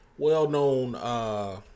Well-known